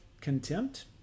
contempt